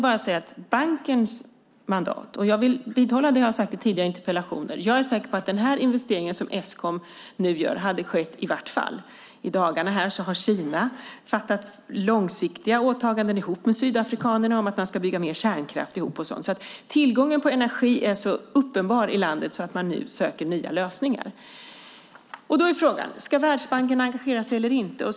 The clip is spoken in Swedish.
Jag vill vidhålla det jag har sagt i tidigare interpellationsdebatter. Jag är säker på att den investering som Eskom nu gör hade skett i alla fall. I dagarna har Kina gjort långsiktiga åtaganden tillsammans med sydafrikanerna om att man ska bygga mer kärnkraft tillsammans. Behovet av energi i landet är så uppenbart att man nu söker nya lösningar. Då är frågan om Världsbanken ska engagera sig eller inte.